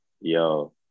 yo